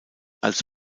als